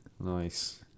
Nice